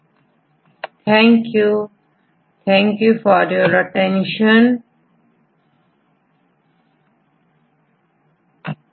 और प्राथमिक द्वितीयक तृतीयक संरचना से इंफॉर्मेशन कैसे ट्रांसफर होती है और इसका क्या कार्य है समझेंगे